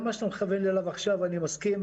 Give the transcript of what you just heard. גם מה שאתה מכוון אליו עכשיו, אני מסכים.